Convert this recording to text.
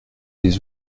des